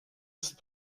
ist